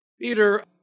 Peter